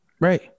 Right